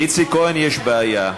איציק כהן, יש בעיה.